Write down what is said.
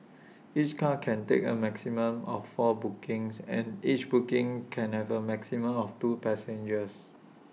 each car can take A maximum of four bookings and each booking can have A maximum of two passengers